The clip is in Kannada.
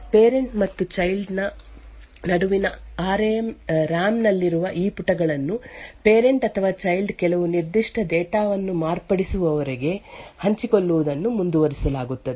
ಪೇರೆಂಟ್ ಮತ್ತು ಚೈಲ್ಡ್ ನ ನಡುವಿನ ಆರ್ ಎಎಂ ನಲ್ಲಿರುವ ಈ ಪುಟಗಳನ್ನು ಪೇರೆಂಟ್ ಅಥವಾ ಚೈಲ್ಡ್ ಕೆಲವು ನಿರ್ದಿಷ್ಟ ಡೇಟಾ ವನ್ನು ಮಾರ್ಪಡಿಸುವವರೆಗೆ ಹಂಚಿಕೊಳ್ಳುವುದನ್ನು ಮುಂದುವರಿಸಲಾಗುತ್ತದೆ